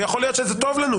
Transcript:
ויכול להיות שזה טוב לנו.